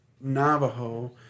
Navajo